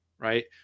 right